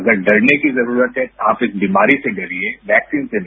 अगर डरने की जरूरत है आप इस बीमारी से डरिए वैक्सीन से नहीं